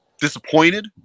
disappointed